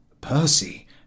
Percy